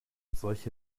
solche